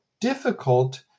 difficult